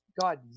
God